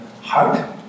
heart